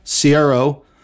CRO